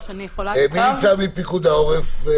מי נמצא מפיקוד העורף?